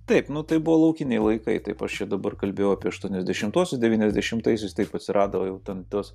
taip nu tai buvo laukiniai laikai taip aš čia dabar kalbėjau apie aštuoniasdešimtuosius devyniasdešimtaisiais taip atsirado jau ten tas